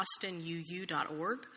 austinuu.org